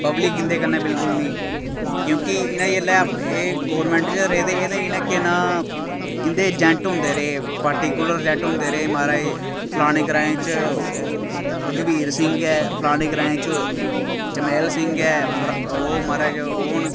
public इं'दे कन्नै बिलकुल निं क्योंकि इ'नें जेल्लै अपने एह् गौरमेंट च रेह् हे ते इ'नें केह् नांऽ इं'दे जैंट होंदे रेह् पार्टिकुलर जैंट होंदे रेह् महाराज फलाने ग्राएं च रग्बीर सिंह ऐ फलाने ग्राएं च चमेल सिंह ऐ ओह् महाराज ओह् न